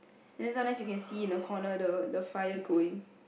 and then sometimes you can see in the corner the the fire going